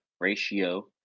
ratio